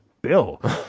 bill